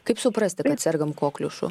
kaip suprasti kad sergam kokliušu